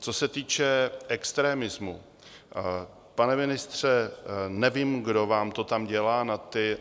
Co se týče extremismu, pane ministře, nevím, kdo vám to tam dělá